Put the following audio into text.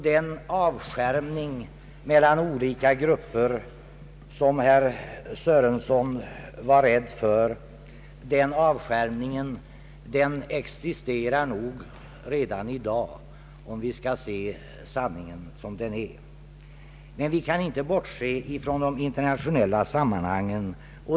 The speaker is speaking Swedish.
Den avskärmning mellan olika grupper, som herr Sörenson var rädd för, existerar nog redan i dag, om vi skall se sanningen som den är. Vi kan dock inte bortse från de internationella sammanhangen.